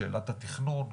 שאלת התכנון,